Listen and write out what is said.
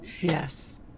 Yes